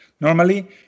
Normally